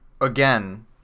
again